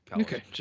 Okay